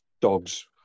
dogs